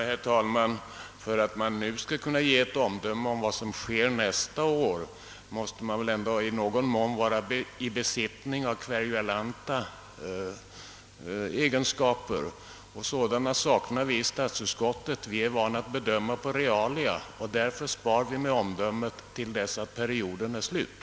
Herr talman! För att man nu skall kunna ge ett omdöme om vad som sker nästa år måste man i någon mån vara i besittning av klärvoajanta egenskaper. Sådana saknar vi i statsutskottet. Vi är vana att bedöma på realia, och därför spar vi vårt omdöme tills perioden är slut.